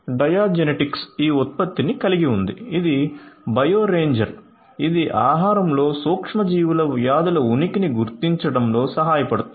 డయాజెనెటిక్స్ ఇది ఆహారంలో సూక్ష్మజీవుల వ్యాధుల ఉనికిని గుర్తించడంలో సహాయపడుతుంది